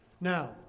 Now